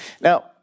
Now